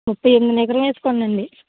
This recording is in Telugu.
ముప్పై ఎనిమిది ఎకరం వేసుకోండి